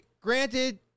granted